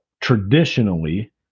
traditionally